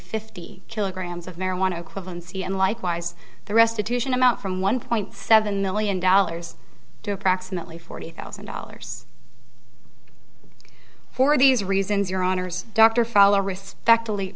fifty kilograms of marijuana equivalency and likewise the restitution amount from one point seven million dollars to approximately forty thousand dollars for these reasons your honors dr fowler respect